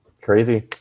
Crazy